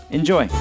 Enjoy